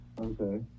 okay